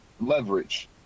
leverage